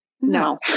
no